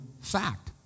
fact